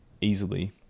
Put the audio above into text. easily